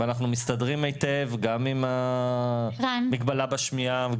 ואנחנו מסתדרים היטב גם עם המגבלה בשמיעה,